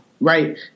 right